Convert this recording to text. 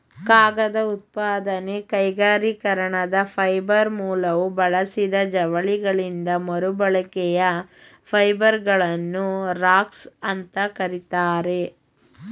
ಕಾಗದ ಉತ್ಪಾದನೆ ಕೈಗಾರಿಕೀಕರಣದ ಫೈಬರ್ ಮೂಲವು ಬಳಸಿದ ಜವಳಿಗಳಿಂದ ಮರುಬಳಕೆಯ ಫೈಬರ್ಗಳನ್ನು ರಾಗ್ಸ್ ಅಂತ ಕರೀತಾರೆ